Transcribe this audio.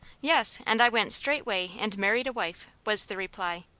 yes, and i went straightway and married a wife, was the reply.